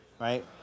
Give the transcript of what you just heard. Right